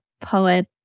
poet